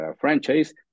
franchise